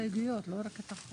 ההסתייגויות שלך הן בשם יש עתיד?